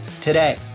today